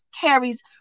carries